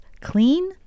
clean